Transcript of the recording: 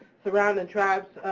surrounding and tribes,